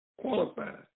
qualified